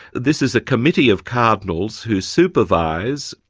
this is a committee of cardinals who supervise,